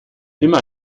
immer